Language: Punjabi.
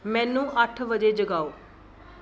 ਮੈਨੂੰ ਅੱਠ ਵਜੇ ਜਗਾਓ